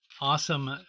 Awesome